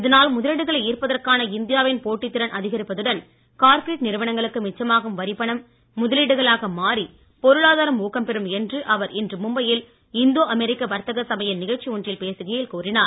இதனால் முதலீடுகளை ஈர்ப்பதற்கான இந்தியாவின் போட்டித் திறன் அதிகரிப்பதுடன் கார்ப்பரேட் நிறுவனங்களுக்கு மிச்சமாகும் வரிப் பணம் முதலீடுகளாக மாறி பொருளாதாரம் ஊக்கம் பெறும் என்று அவர் இன்று மும்பையில் இந்தோ அமெரிக்க வர்த்தக சபையின் நிகழ்ச்சி ஒன்றில் பேசுகையில் கூறினார்